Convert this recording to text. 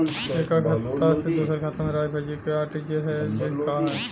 एकह खाता से दूसर खाता में राशि भेजेके आर.टी.जी.एस विधि का ह?